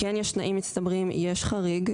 כן יש תנאים מצטברים, יש חריג.